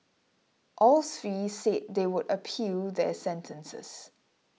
all three said they would appeal their sentences